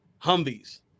Humvees